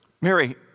Mary